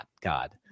God